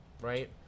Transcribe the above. right